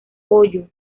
hoyo